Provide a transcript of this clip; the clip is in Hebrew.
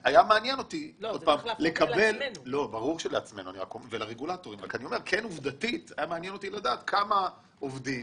היה מעניין אותי לדעת כמה עובדים